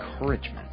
encouragement